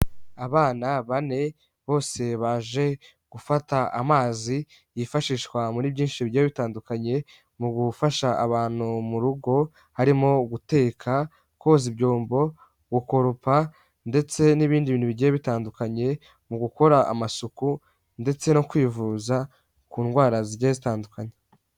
Abana bane bose baje gufata amazi yifashishwa muri byinshi bigiye bitandukanye mu gufasha abantu mu rugo harimo guteka, koza ibyombo, gukoropa ndetse n'ibindi bintu bigiye bitandukanye. Mu gukora amasuku ndetse no kwivuza ku ndwara zigiye zitandukanye.